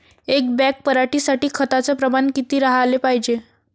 एक बॅग पराटी साठी खताचं प्रमान किती राहाले पायजे?